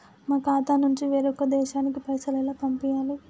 మా ఖాతా నుంచి వేరొక దేశానికి పైసలు ఎలా పంపియ్యాలి?